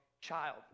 child